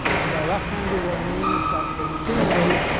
and by left-handed what i mean is that for neutrinos,